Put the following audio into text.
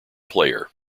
player